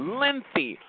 lengthy